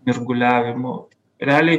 mirguliavimu realiai